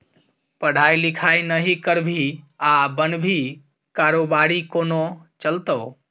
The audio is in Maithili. पढ़ाई लिखाई नहि करभी आ बनभी कारोबारी कोना चलतौ